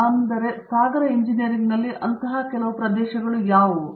ಆದ್ದರಿಂದ ಸಾಗರ ಇಂಜಿನಿಯರಿಂಗ್ನಲ್ಲಿ ಇಂತಹ ಪ್ರದೇಶಗಳು ಯಾವುವು